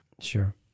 Sure